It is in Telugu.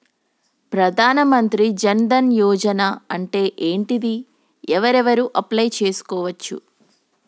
ప్రధాన మంత్రి జన్ ధన్ యోజన అంటే ఏంటిది? ఎవరెవరు అప్లయ్ చేస్కోవచ్చు?